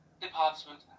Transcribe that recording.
department